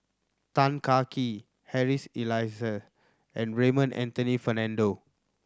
Tan Kah Kee Harry's Elias and Raymond Anthony Fernando